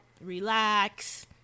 relax